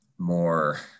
more